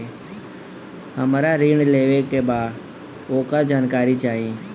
हमरा ऋण लेवे के बा वोकर जानकारी चाही